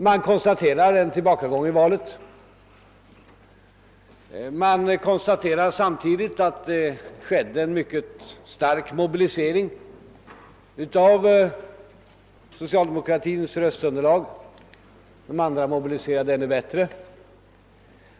Man konstaterar där en tillbakagång i valet, men man konstaterar samtidigt att det skedde en mycket stark mobilisering av socialdemokratins röstunderlag. De andra partierna mobiliserade emellertid ännu bättre.